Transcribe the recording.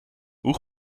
hoe